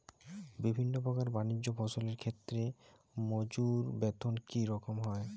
বিভিন্ন প্রকার বানিজ্য ফসলের ক্ষেত্রে মজুর বেতন কী রকম হয়?